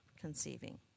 conceiving